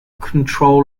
control